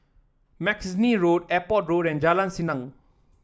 Mackenzie Road Airport Road and Jalan Senang